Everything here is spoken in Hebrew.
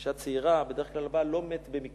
אשה צעירה, בדרך כלל הבעל לא מת במקרה,